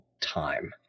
time